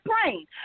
praying